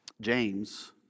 James